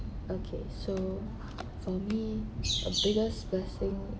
okay so for me my biggest blessing